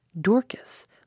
Dorcas